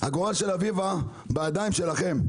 הגורל של אביבה בידיים שלכם.